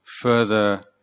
further